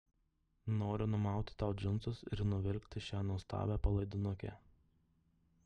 noriu numauti tau džinsus ir nuvilkti šią nuostabią palaidinukę